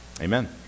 Amen